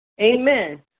Amen